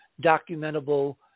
documentable